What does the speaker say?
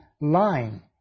line